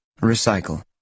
Recycle